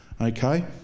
okay